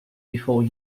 before